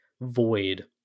void